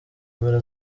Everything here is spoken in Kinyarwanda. mpera